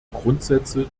grundsätze